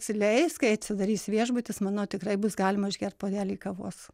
įsileis kai atsidarys viešbutis manau tikrai bus galima išgert puodelį kavos